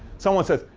someone says,